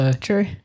True